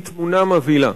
היא תמונה מבהילה.